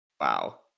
Wow